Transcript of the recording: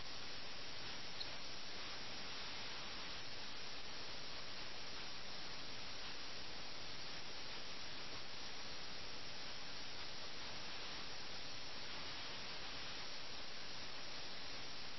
അവർ തങ്ങളുടെ രാജാവിനുവേണ്ടി യുദ്ധം ചെയ്തിരുന്നെങ്കിൽ ഈ രണ്ട് പ്രഭുക്കന്മാരും രാജാവിനെയും സാമ്രാജ്യത്തെയും സംരക്ഷിക്കുന്നതിൽ ധീരരായിരുന്നുവെന്ന് നമുക്ക് പറയാൻ കഴിയുമായിരുന്നു